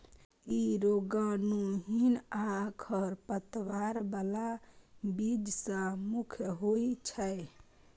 ई रोगाणुहीन आ खरपतवार बला बीज सं मुक्त होइ छै